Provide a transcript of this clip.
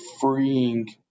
freeing